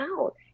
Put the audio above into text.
out